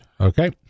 okay